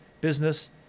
business